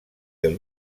del